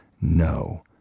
no